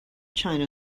china